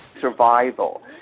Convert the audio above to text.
survival